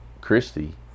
Christy